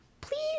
please